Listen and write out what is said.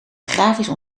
grafisch